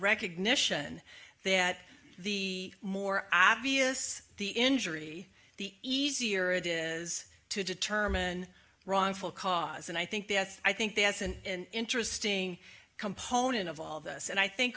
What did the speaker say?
recognition that the more obvious the injury the easier it is to determine wrongful cause and i think that's i think that's and interesting component of all of this and i think